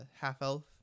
half-elf